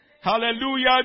Hallelujah